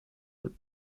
with